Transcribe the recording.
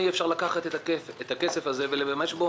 אי אפשר לקחת את הכסף הזה ולהשתמש בו